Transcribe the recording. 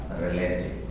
relative